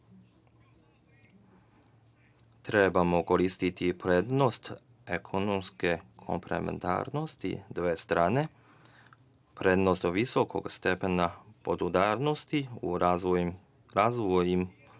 Trebamo koristiti prednost ekonomske komplementarnosti dve strane, prednost visokog stepena podudarnosti u razvojnim